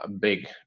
big